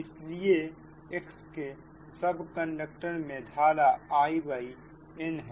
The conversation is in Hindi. इसलिए X के सब कंडक्टर मे धारा In है